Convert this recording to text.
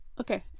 okay